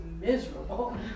miserable